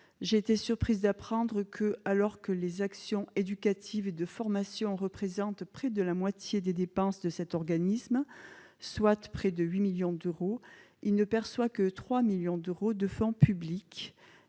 j'ai été surprise d'apprendre que, alors que les actions éducatives et de formation représente près de la moitié des dépenses de cet organisme Swat près de 8 millions d'euros, il ne perçoit que 3 millions d'euros de fonds publics,